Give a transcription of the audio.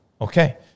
okay